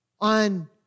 on